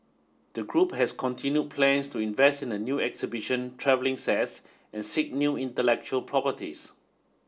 the group has continued plans to invest in new exhibition travelling sets and seek new intellectual properties